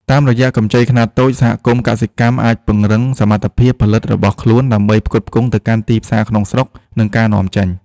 តាមរយៈកម្ចីខ្នាតតូច សហគមន៍កសិកម្មអាចពង្រឹងសមត្ថភាពផលិតរបស់ខ្លួនដើម្បីផ្គត់ផ្គង់ទៅកាន់ទីផ្សារក្នុងស្រុក និងការនាំចេញ។